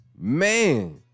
Man